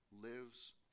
lives